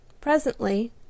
Presently